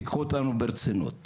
תיקחו אותנו ברצינות,